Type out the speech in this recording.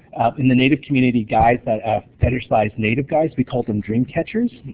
in the native community, guys that ah fantasize native guys, we call them dream catchers.